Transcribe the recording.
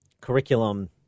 curriculum